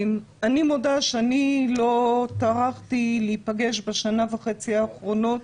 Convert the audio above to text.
אני מודה שאני לא טרחתי להיפגש בשנה וחצי האחרונות